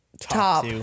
top